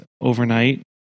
overnight